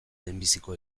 lehenbiziko